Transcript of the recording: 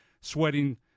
sweating –